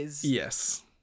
Yes